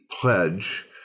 pledge